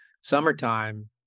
summertime